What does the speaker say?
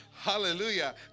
Hallelujah